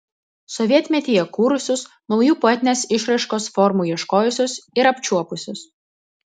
sovietmetyje kūrusius naujų poetinės išraiškos formų ieškojusius ir apčiuopusius